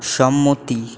সম্মতি